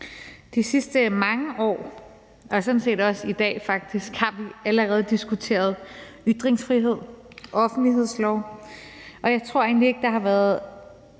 De sidste mange år og sådan set også i dag har vi allerede diskuteret ytringsfrihed, offentlighedslov, og jeg tror egentlig ikke, at der har været